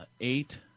Eight